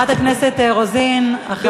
חברת הכנסת רוזין, הודעה של מזכירת הכנסת.